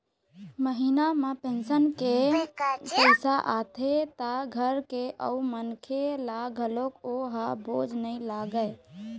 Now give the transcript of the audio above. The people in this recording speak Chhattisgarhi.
महिना म पेंशन के पइसा आथे त घर के अउ मनखे ल घलोक ओ ह बोझ नइ लागय